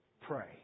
pray